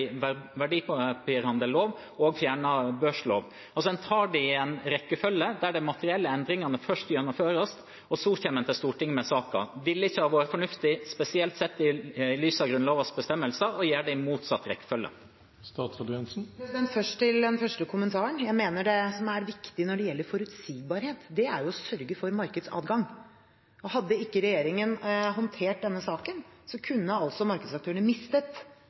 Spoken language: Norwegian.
og fjerner børsloven. En tar det i en rekkefølge der de materielle endringene først gjennomføres, og så kommer en til Stortinget med saken. Ville det ikke vært fornuftig, spesielt sett i lys av Grunnlovens bestemmelser, å gjøre det i motsatt rekkefølge? Først til den første kommentaren. Jeg mener at det som er viktig når det gjelder forutsigbarhet, er å sørge for markedsadgang. Hadde ikke regjeringen håndtert denne saken, kunne altså markedsaktørene mistet